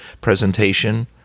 presentation